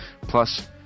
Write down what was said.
plus